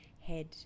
head